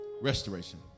Restoration